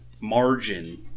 margin